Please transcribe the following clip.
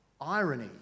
irony